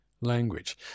language